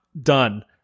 done